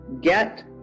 get